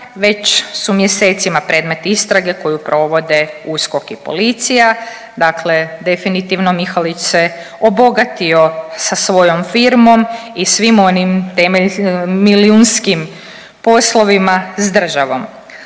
već su mjesecima predmet istrage koju provode USKOK i policija, dakle definitivno Mihalić se obogatio sa svojom firmom i svim onim milijunskim poslovima s državom.